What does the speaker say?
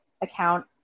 account